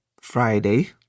Friday